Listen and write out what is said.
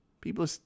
people